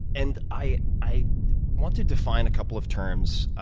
and i i want to define a couple of terms,